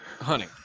Honey